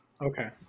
Okay